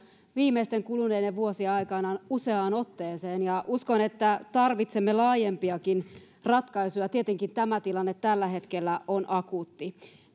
viimeisten kuluneiden vuosien aikana useaan otteeseen ja uskon että tarvitsemme laajempiakin ratkaisuja tietenkin tämä tilanne tällä hetkellä on akuutti